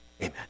Amen